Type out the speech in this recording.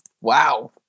Wow